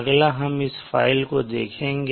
अगला हम इस फाइल को देखेंगे